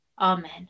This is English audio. Amen